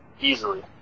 Easily